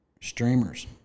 streamers